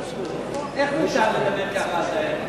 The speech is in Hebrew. איך אפשר לדבר ככה על דיינים?